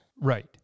Right